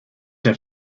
der